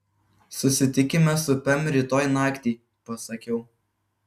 susitikime su pem rytoj naktį pasakiau